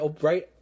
right